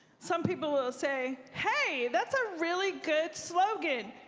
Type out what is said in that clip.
some people will say, hey, that's a really good slogan.